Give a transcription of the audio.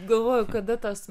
galvoju kada tas